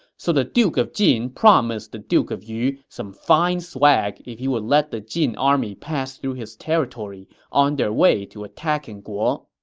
so the duke of jin promised the duke of yu some fine swag if he would let the jin army pass through his territory on their way to attacking guo.